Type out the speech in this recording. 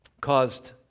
caused